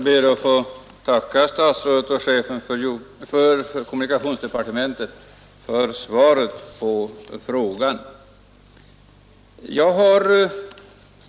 Herr talman! Jag ber att få tacka kommunikationsministern för svaret på min fråga.